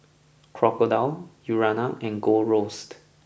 Crocodile Urana and Gold Roast